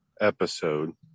episode